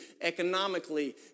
economically